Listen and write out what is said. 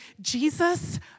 Jesus